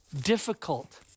difficult